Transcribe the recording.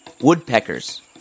woodpeckers